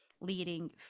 leading